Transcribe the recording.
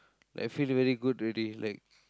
like feel very good already like